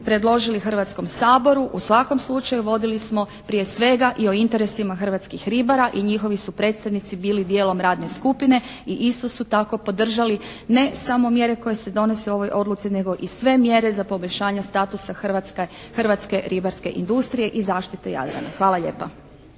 predložili Hrvatskom saboru u svakom slučaju vodili smo prije svega i o interesima hrvatskih ribara. I njihovi su predstavnici bilo dijelom radne skupine i isto su tako podržali ne samo mjere koje se donose u ovoj odluci, nego i sve mjere za poboljšanje statusa hrvatske ribarske industrije i zaštite Jadrana. Hvala lijepa.